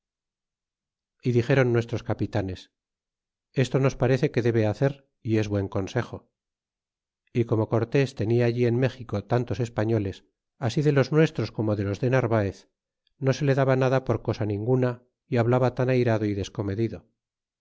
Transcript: y dixéron nuestros capitanes esto nos parece que debe hacer y es buen consejo y como cortés tenia allí en méxico tantos españoles así de los nuestros como de los de narvaez no se le daba nada por cosa ninguna é hablaba tan airado y descomedido